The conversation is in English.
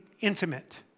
intimate